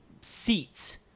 seats